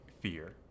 fear